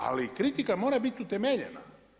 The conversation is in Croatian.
Ali kritika mora biti utemeljena.